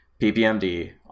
ppmd